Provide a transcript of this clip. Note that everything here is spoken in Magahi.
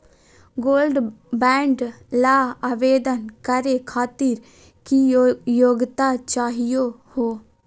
गोल्ड बॉन्ड ल आवेदन करे खातीर की योग्यता चाहियो हो?